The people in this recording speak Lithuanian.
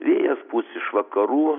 vėjas pūs iš vakarų